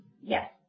Yes